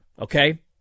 Okay